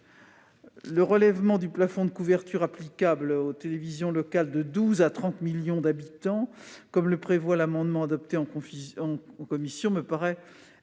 Le relèvement du plafond de couverture applicable aux télévisions locales de 12 à 30 millions d'habitants, comme le prévoit l'amendement adopté en commission, devenu